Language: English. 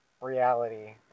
reality